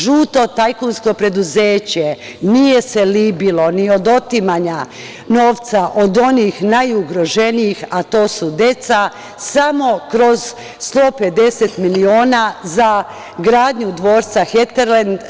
Žuto tajkunsko preduzeće nije se libilo ni od otimanja novca od onih najugroženijih, a to su deca, samo kroz 150 miliona za gradnju dvorca Heterlend.